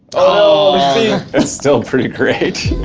ah, that's still pretty great.